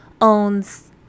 owns